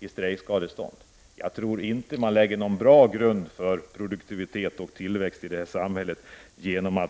i strejkskadestånd kommer tillbaka. Jag tror inte man lägger någon bra grund för produktivitet och tillväxt i samhället genom